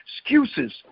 excuses